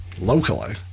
locally